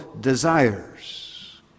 desires